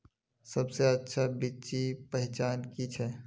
सबसे अच्छा बिच्ची पहचान की छे?